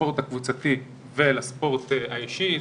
לספורט הקבוצתי ולספורט האישי.